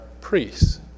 priests